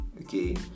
Okay